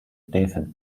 different